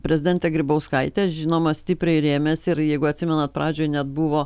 prezidentė grybauskaitė žinoma stipriai rėmėsi ir jeigu atsimenat pradžioj net buvo